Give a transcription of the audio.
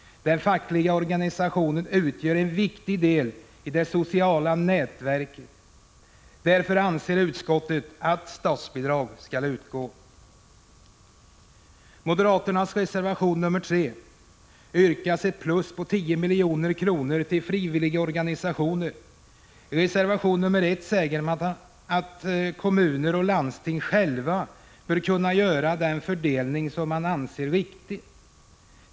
De fackliga organisationerna utgör en viktig del i det sociala nätverket. Därför anser utskottet att statsbidrag bör utgå. I moderaternas reservation 3 yrkas ett plus på 10 miljoner till frivilligorganisationerna. I reservation 1 säger man att kommuner och landsting själva bör kunna göra den fördelning som man anser riktig.